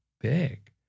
big